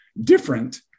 different